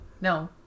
No